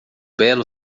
belo